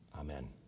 Amen